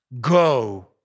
Go